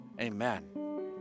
Amen